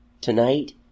tonight